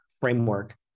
framework